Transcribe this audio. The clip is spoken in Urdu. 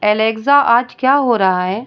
الیگزا آج کیا ہو رہا ہے